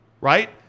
right